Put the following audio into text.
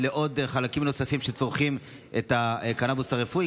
לחלקים נוספים שצורכים את הקנביס הרפואי,